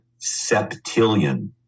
septillion